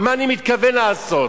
שהוא הצעות דחופות לסדר-היום